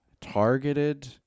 targeted